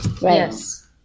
Yes